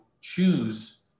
choose